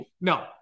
No